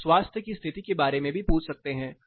आप स्वास्थ्य की स्थिति के बारे में भी पूछ सकते हैं